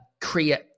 create